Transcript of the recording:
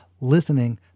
Listening